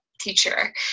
teacher